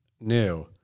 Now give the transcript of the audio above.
new